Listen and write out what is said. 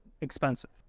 expensive